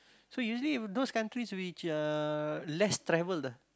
so usually those countries which uh less traveled ah